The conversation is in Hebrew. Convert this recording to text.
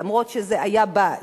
למרות שזה היה בא,